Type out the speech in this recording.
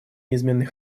неизменный